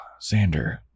Xander